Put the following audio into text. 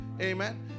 Amen